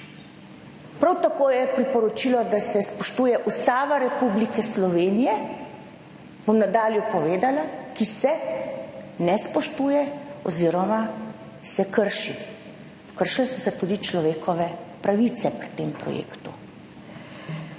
Prav tako je priporočilo, da se spoštuje Ustava Republike Slovenije - bom v nadaljevanju povedala -, ki se ne spoštuje oziroma se krši. Kršile so se tudi človekove pravice pri tem projektu.